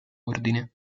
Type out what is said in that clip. ordine